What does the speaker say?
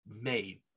made